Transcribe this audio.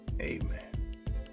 Amen